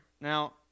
Now